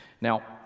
Now